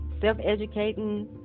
self-educating